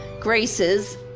graces